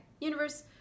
universe